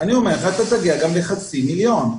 אתה תגיע גם לחצי מיליון.